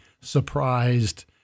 surprised